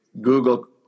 Google